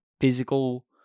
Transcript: physical